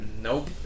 Nope